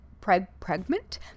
Pregnant